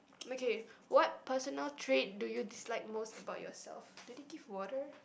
okay what personal trait do you dislike most about yourself do they give water